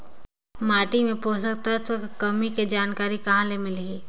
माटी मे पोषक तत्व कर कमी के जानकारी कहां ले मिलही?